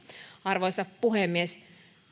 arvoisa puhemies